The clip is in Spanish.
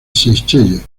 seychelles